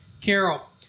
Carol